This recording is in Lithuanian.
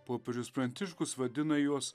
popiežius pranciškus vadina juos